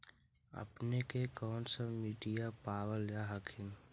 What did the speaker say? अपने के कौन सा मिट्टीया पाबल जा हखिन?